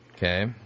Okay